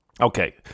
Okay